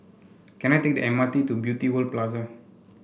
can I take the M R T to Beauty World Plaza